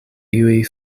iuj